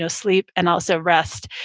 so sleep and also rest,